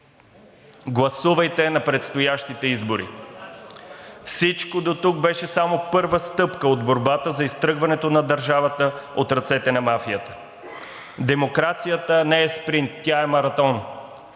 гласувайте на предстоящите избори! Всичко дотук беше само първа стъпка от борбата за изтръгването на държавата от ръцете на мафията. Демокрацията не е спринт, тя е маратон.